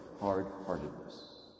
Hard-heartedness